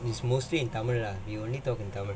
it's mostly in tamil lah we only talk in tamil